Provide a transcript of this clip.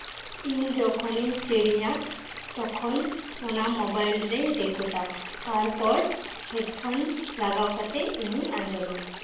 ᱤᱧ ᱡᱚᱠᱷᱚᱱᱤᱧ ᱥᱮᱨᱮᱧᱟ ᱛᱚᱠᱷᱚᱱ ᱚᱱᱟ ᱢᱚᱵᱟᱭᱤᱞ ᱨᱮᱧ ᱨᱮᱠᱚᱨᱰᱼᱟ ᱛᱟᱨᱯᱚᱨ ᱦᱮᱰᱯᱷᱚᱱ ᱞᱟᱜᱟᱭ ᱠᱟᱛᱮᱜ ᱤᱧᱤᱧ ᱟᱸᱡᱚᱢᱟ